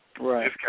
Right